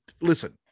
listen